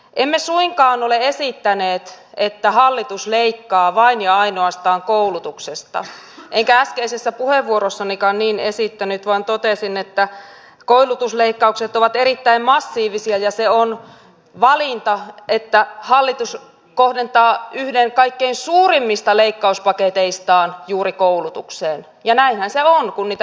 emme suinkaan ole esittäneet että hallitus leikkaa vain ja ainoastaan koulutuksesta enkä äskeisessä puheenvuorossanikaan niin esittänyt vaan totesin että koulutusleikkaukset ovat erittäin massiivisia ja se on valinta että hallitus kohdentaa yhden kaikkein suurimmista leikkauspaketeistaan juuri koulutukseen ja näinhän se on kun niitä leikkaussummia katsoo